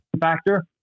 factor